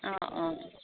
অঁ অঁ